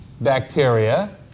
bacteria